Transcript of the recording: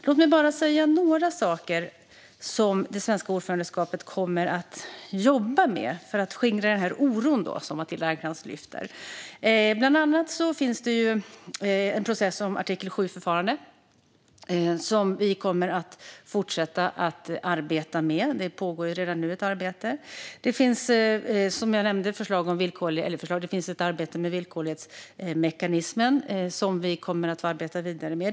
Låt mig bara säga några saker som det svenska ordförandeskapet kommer att jobba med, för att skingra den oro som Matilda Ernkrans lyfter fram. Bland annat finns det en process om artikel 7-förfarande som vi kommer att fortsätta att arbeta med. Det pågår redan nu ett arbete. Som jag nämnde finns ett arbete om villkorlighetsmekanismen som vi kommer att arbeta vidare med.